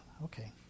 Okay